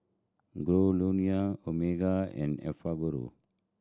Giordano Omega and Enfagrow